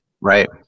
right